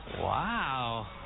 Wow